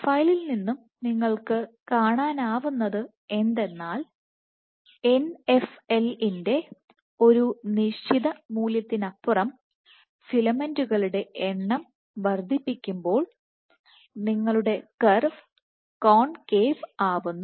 പ്രൊഫൈലിൽ നിന്ന് നിങ്ങൾക്ക് കാണാനാവുന്നത് എന്തെന്നാൽ Nfl ന്റെ ഒരു നിശ്ചിത മൂല്യത്തിനപ്പുറം ഫിലമെന്റുകളുടെ എണ്ണം വർദ്ധിപ്പിക്കുമ്പോൾ നിങ്ങളുടെ കർവ് കോൺകേവ് ആവുന്നു